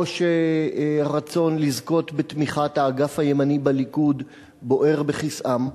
או שהרצון לזכות בתמיכת האגף הימני בליכוד בוער בכיסאם,